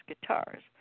guitars